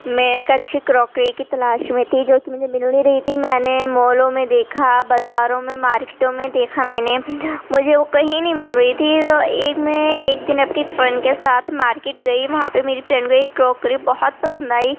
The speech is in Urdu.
میں ایک اچّھی کراکری کی تلاش میں تھی جوکہ مجھے مل نہیں رہی تھی میں نے مالوں میں دیکھا بازاروں میں مارکیٹوں میں دیکھا میں نے مجھے وہ کہیں نہیں مل رہی تھی تو ایک میں ایک دن اپنی فرینڈ کے ساتھ مارکیٹ گئی وہاں پہ میری فرینڈ گئی کراکری بہت پسند آئی